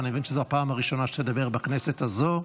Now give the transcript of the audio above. ואני מבין שזו הפעם הראשונה שאתה מדבר בכנסת הזו.